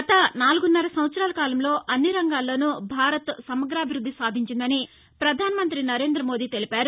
గత నాలుగున్నర సంవత్సరాల కాలంలో అన్ని రంగాల్లోనూ భారత్ సమగ్రాభివృద్ది సాధించిందని ప్రధానమంత్రి నరేందమోదీ తెలిపారు